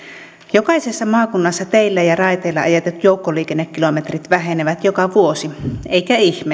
jokaisessa maakunnassa teillä ja raiteilla ajetut joukkoliikennekilometrit vähenevät joka vuosi eikä ihme